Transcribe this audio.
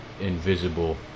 invisible